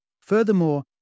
Furthermore